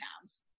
pounds